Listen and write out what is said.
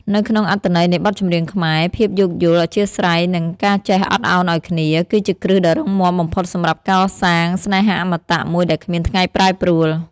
នៅក្នុងអត្ថន័យនៃបទចម្រៀងខ្មែរ ភាពយោគយល់ អធ្យាស្រ័យ និងការចេះអត់ឱនឱ្យគ្នា គឺជាគ្រឹះដ៏រឹងមាំបំផុតសម្រាប់កសាងស្នេហាអមតៈមួយដែលគ្មានថ្ងៃប្រែប្រួល។